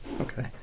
Okay